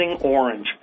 orange